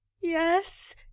yes